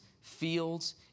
fields